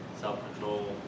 Self-control